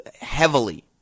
heavily